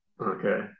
Okay